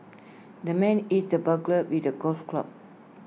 the man hit the burglar with A golf club